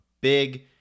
big